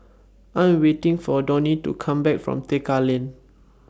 I Am waiting For Donie to Come Back from Tekka Lane